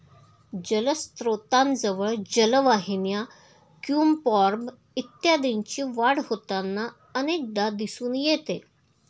जलस्त्रोतांजवळ जलवाहिन्या, क्युम्पॉर्ब इत्यादींची वाढ होताना अनेकदा दिसून येते